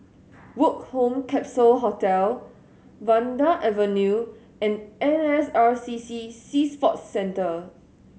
Woke Home Capsule Hostel Vanda Avenue and N S R C C Sea Sports Centre